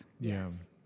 Yes